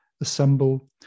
assemble